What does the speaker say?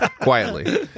quietly